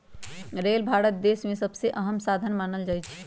rail Bharat देश में सबसे अहम साधन मानल जाई छई